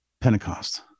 Pentecost